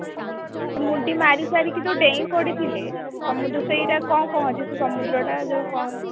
ଆଜ୍ଞା ମୁଣ୍ଡି ମାରି ସାରିକି ଯେଉଁ ଡେଇଁ ପଡ଼ିଥିଲେ ସମୁଦ୍ର ସେଇଟା କ'ଣ କୁହନ୍ତି ସେ ସମୁଦ୍ରଟା ଯେଉଁ କ'ଣ